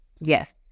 Yes